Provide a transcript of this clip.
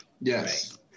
Yes